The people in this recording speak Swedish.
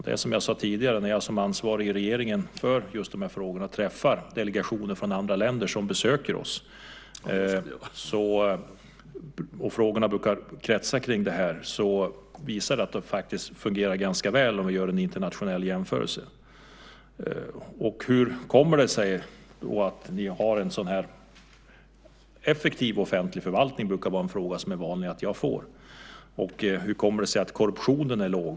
Det är som jag sade tidigare: När jag som ansvarig i regeringen för just de här frågorna träffar delegationer från andra länder som besöker oss och frågorna kretsar kring det här visar det sig att det faktiskt fungerar ganska väl om vi gör en internationell jämförelse. Hur kommer det sig att ni har en så här effektiv offentlig förvaltning? Det brukar vara en vanlig fråga som jag får. Och hur kommer det sig att korruptionen är låg?